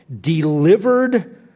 delivered